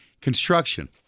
construction